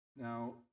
Now